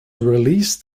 released